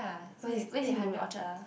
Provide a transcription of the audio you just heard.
where is where is he living Orchard ah